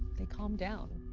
they calm down.